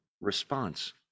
response